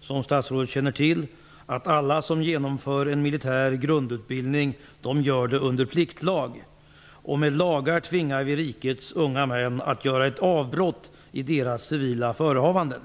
Som statsrådet känner till är det på det viset att alla som genomgår en militär grundutbildning gör det under en pliktlag. Med lagar tvingar vi rikets unga män att göra ett avbrott i sina civila förehavanden.